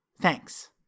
Thanks